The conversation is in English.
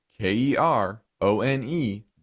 K-E-R-O-N-E